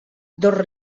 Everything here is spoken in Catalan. dos